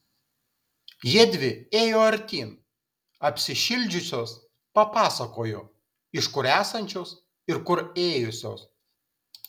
jiedvi ėjo artyn apsišildžiusios papasakojo iš kur esančios ir kur ėjusios